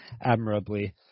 admirably